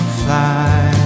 fly